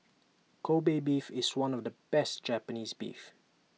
Kobe Beef is one of the best Japanese Beef